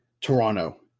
Toronto